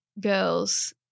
girls